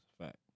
fact